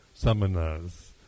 summoners